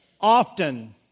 often